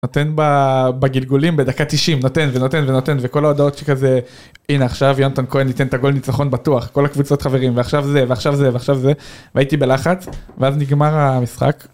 נותן בגלגולים בדקה 90, נותן ונותן ונותן, וכל ההודעות שכזה, הנה עכשיו יונתן כהן ייתן את הגול ניצחון בטוח, כל הקבוצות חברים, ועכשיו זה, ועכשיו זה, ועכשיו זה, והייתי בלחץ, ואז נגמר המשחק.